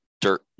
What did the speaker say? dirt